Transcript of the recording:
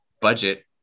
budget